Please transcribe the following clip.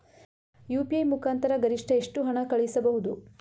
UPI ಮುಖಾಂತರ ಗರಿಷ್ಠ ಎಷ್ಟು ಹಣ ಕಳಿಸಬಹುದು?